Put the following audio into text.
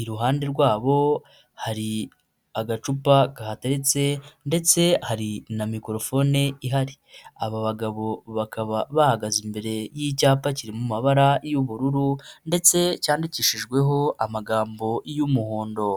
iruhande rwabo hari agacupa kahateretse ndetse hari na mikorofone ihari. Aba bagabo bakaba bahagaze imbere y'icyapa kiri mu mabara y'ubururu ndetse cyandikishijweho amagambo y'umuhondo.